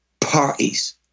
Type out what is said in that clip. parties